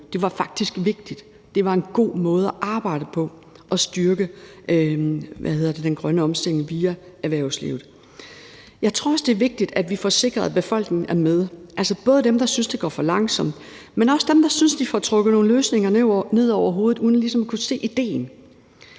Det var faktisk vigtigt. Det var en god måde at arbejde på at styrke den grønne omstilling via erhvervslivet. Jeg tror også, det er vigtigt, at vi får sikret, at befolkningen er med, altså både dem, der synes, det går for langsomt, men også dem, der synes, de får trukket nogle løsninger ned over hovedet uden ligesom at kunne se idéen.